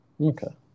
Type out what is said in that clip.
Okay